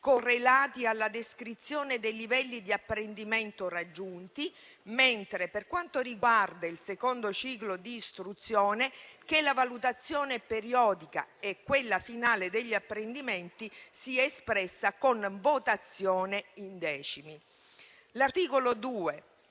correlati alla descrizione dei livelli di apprendimento raggiunti, mentre, per quanto riguarda il secondo ciclo di istruzione, che la valutazione periodica e quella finale degli apprendimenti sia espressa con votazione in decimi. Nell'articolo 2